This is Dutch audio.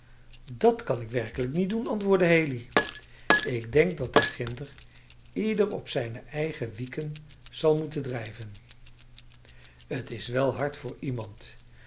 dat kan ik werkelijk niet doen antwoordde haley ik denk dat daar ginder ieder op zijn eigen wieken zal moeten drijven het is wel hard voor iemand